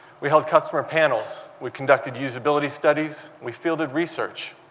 we held customer panels. we conducted use ability studies, we fielded research,